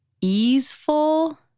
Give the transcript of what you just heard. easeful